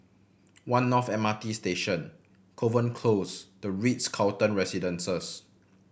One North M R T Station Kovan Close The Ritz Carlton Residences